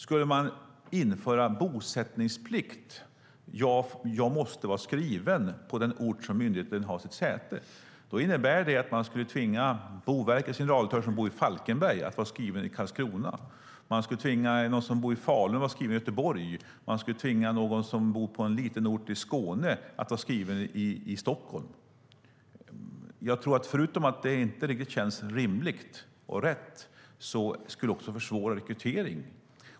Ska man införa bosättningsplikt som innebär att man måste vara skriven på den ort där myndigheten har sitt säte? Det innebär att man skulle tvinga Boverkets generaldirektör som bor i Falkenberg att vara skriven i Karlskrona. Man skulle tvinga den som bor i Falun att vara skriven i Göteborg. Man skulle tvinga någon som bor på en liten ort i Skåne att vara skriven i Stockholm. Förutom att det inte känns rimligt och rätt skulle det också försvåra rekrytering.